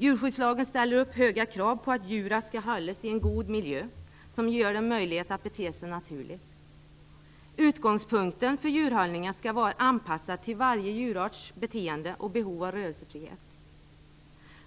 Djurskyddslagen ställer höga krav på att djuren skall hållas i en god miljö som ger dem möjlighet att bete sig naturligt. Utgångspunkten för djurhållningen skall vara anpassad till varje djurarts beteende och behov av rörelsefrihet.